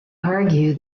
argue